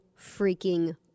freaking